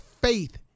faith